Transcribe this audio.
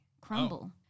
crumble